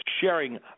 sharing